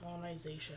colonization